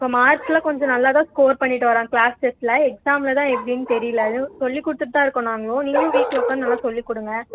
இப்போ மார்க்கெலான் கொஞ்சம் நல்லா தான் ஸ்கோர் பண்ணிகிட்டு வரான் கிளாஸ் டெஸ்ட்டில் எக்ஸாம்லதான் எப்படின்னு தெரியிலை அதுவும் சொல்லிக்கொடுத்துட்டு தான் இருக்கோம் நாங்களும் நீங்களும் வீட்டில் உக்காந்து நல்லா சொல்லி கொடுங்க